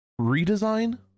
redesign